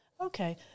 Okay